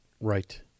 Right